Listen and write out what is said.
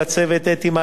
לצוות אתי,